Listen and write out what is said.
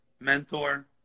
mentor